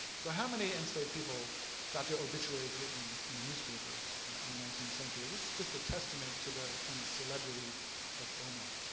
so how many enslaved people got their obituary written in a newspaper in the nineteenth century? that's just a testament of the kind of celebrity of omar.